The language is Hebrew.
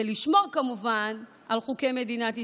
כדי לשמור כמובן על חוקי מדינת ישראל.